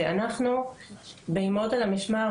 שאנחנו באימהות על המשמר,